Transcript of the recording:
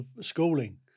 schooling